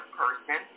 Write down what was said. person